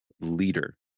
leader